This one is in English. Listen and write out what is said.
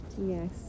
Yes